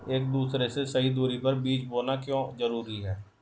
एक दूसरे से सही दूरी पर बीज बोना क्यों जरूरी है?